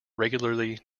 regularly